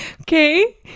okay